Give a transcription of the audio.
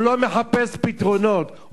לא מחפש פתרונות,